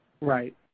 Right